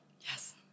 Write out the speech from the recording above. Yes